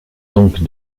donc